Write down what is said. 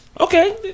Okay